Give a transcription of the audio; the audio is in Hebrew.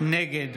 נגד